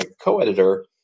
co-editor